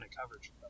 coverage